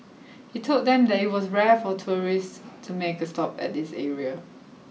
he told them that it was rare for tourists to make a stop at this area